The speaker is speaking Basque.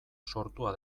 sortua